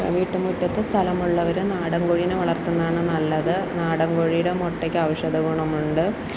വീട്ടു മുറ്റത്തു സ്ഥലമുള്ളവർ നാടൻ കോഴീനെ വളർത്തുന്നതാണ് നല്ലതു നാടൻ കോഴിയുടെ മുട്ടയ്ക്ക് ഔഷധ ഗുണമുണ്ട്